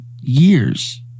years